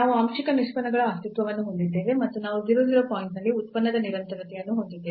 ನಾವು ಆಂಶಿಕ ನಿಷ್ಪನ್ನಗಳ ಅಸ್ತಿತ್ವವನ್ನು ಹೊಂದಿದ್ದೇವೆ ಮತ್ತು ನಾವು 0 0 ಪಾಯಿಂಟ್ನಲ್ಲಿ ಉತ್ಪನ್ನದ ನಿರಂತರತೆಯನ್ನು ಹೊಂದಿದ್ದೇವೆ